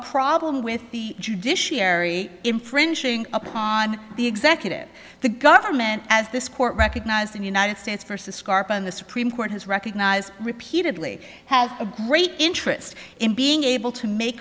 problem with the judiciary infringing upon the executive the government as this court recognized in the united states versus karpen the supreme court has recognized repeatedly has a great interest in being able to make